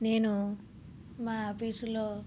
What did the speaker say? నేను మా ఆఫీస్లో